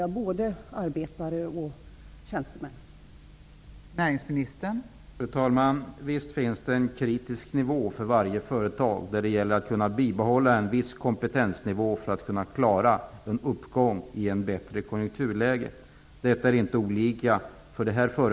Jag avser då både arbetare och tjänstemän.